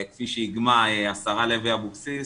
כפי שאיגמה השרה לוי אבוקסיס,